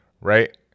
Right